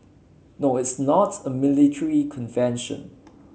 no it's not a military convention